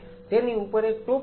અને તેની ઉપર એક ટોપી છે